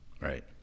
Right